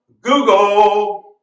Google